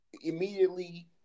immediately